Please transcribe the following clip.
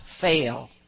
fail